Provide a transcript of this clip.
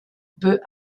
peut